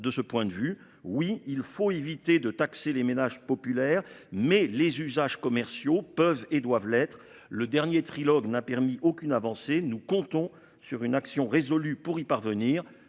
de ce point de vue oui, il faut éviter de taxer les ménages populaires mais les usages commerciaux peuvent et doivent l'être le dernier trilogues n'a permis aucune avancée. Nous comptons sur une action résolue pour y parvenir.